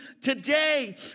today